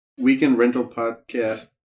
weekendrentalpodcast